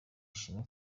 ishimwe